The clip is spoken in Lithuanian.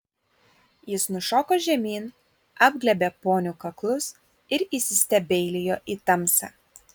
jis nušoko žemyn apglėbė ponių kaklus ir įsistebeilijo į tamsą